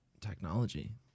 technology